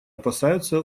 опасаются